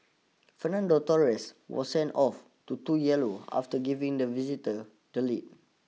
Fernando Torres was sent off to two yellow after giving the visitors the lead